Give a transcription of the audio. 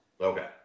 Okay